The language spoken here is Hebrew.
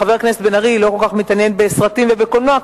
חבר הכנסת בן-ארי לא כל כך מתעניין בסרטים ובקולנוע,